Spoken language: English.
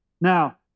Now